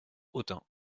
autun